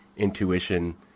Intuition